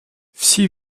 всі